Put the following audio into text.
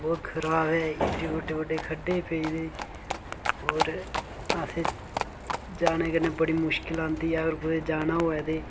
बहोत खराब ऐ इड्डे बड्डे बड्डे खड्ढे पेई गेदे होर असें जाने कन्नै बड़ी मुश्किल आंदी ऐ अगर कुतै जाना होऐ ते